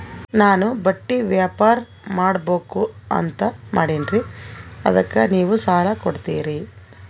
ನಾನು ಬಟ್ಟಿ ವ್ಯಾಪಾರ್ ಮಾಡಬಕು ಅಂತ ಮಾಡಿನ್ರಿ ಅದಕ್ಕ ನೀವು ಸಾಲ ಕೊಡ್ತೀರಿ?